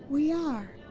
we are.